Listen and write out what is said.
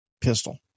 pistol